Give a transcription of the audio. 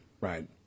right